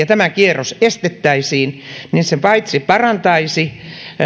tämä kierros estettäisiin niin se parantaisi